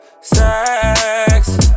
sex